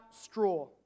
straw